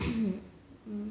mm